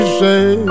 say